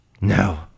No